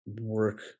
work